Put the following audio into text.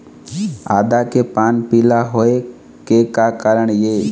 आदा के पान पिला होय के का कारण ये?